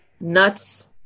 Nuts